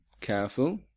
careful